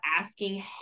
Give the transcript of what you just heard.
asking